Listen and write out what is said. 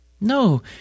No